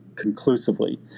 Conclusively